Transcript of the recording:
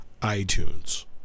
iTunes